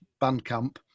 Bandcamp